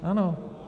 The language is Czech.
Ano.